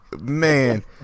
man